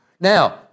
Now